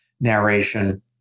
narration